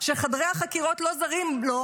שחדרי החקירות לא זרים לו,